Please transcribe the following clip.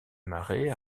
marais